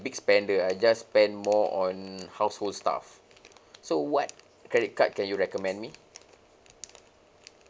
big spender I just spend more on household stuff so what credit card can you recommend me